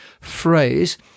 phrase